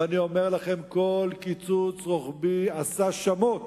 ואני אומר לכם שכל קיצוץ רוחבי עשה שמות